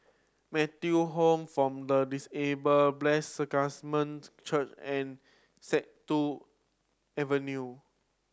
Metta Home form the Disable Blessed Sacrament Church and Avenue